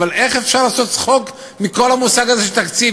אבל איך אפשר לעשות צחוק מכל המוסד הזה של תקציב?